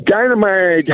Dynamite